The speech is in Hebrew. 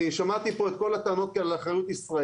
אני שמעתי פה את כל הטענות כאן לאחריות הישראלית,